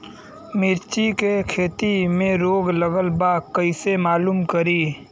मिर्ची के खेती में रोग लगल बा कईसे मालूम करि?